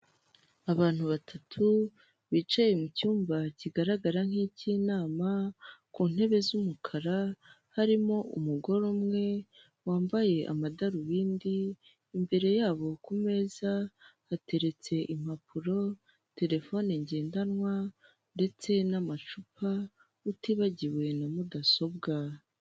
Abantu batatu bicaye mu cyumba kigaragara nk'icy'inama, ku ntebe z'umukara, harimo umugore umwe wambaye amadarubindi, imbere yabo ku meza hateretse impapuro, telefone ngendanwa, ndetse n'amacupa, utibagiwe na mudasobwa.